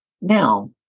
Now